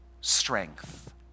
strength